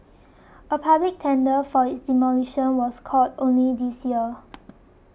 a public tender for its demolition was called only this year